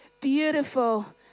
beautiful